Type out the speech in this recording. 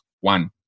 One